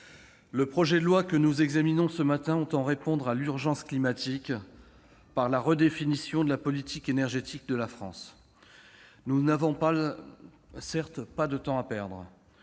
le projet de loi que nous examinons ce matin entend répondre à l'urgence climatique par la redéfinition de la politique énergétique de la France. Nous n'avons certes pas de temps à perdre.